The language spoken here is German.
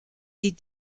die